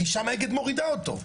כי שם אגד מורידה אותו,